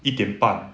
一点半